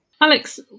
alex